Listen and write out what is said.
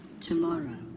Tomorrow